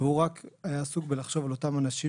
הוא רק היה עסוק בלחשוב על אותם אנשים